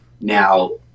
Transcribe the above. Now